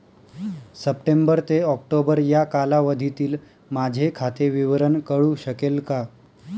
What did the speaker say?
September ते October या कालावधीतील माझे खाते विवरण कळू शकेल का?